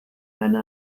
eine